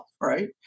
right